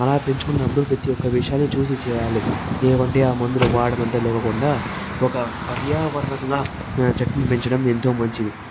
అలా పెంచుకున్నప్పుడు ప్రతి ఒక్క విషయాన్ని చూసి చేయాలి ఏవంటే ఆ మందులు వాడటం అంతా లేకుండా ఒక పర్యావరణంగా చెట్టును పెంచడం ఎంతో మంచిది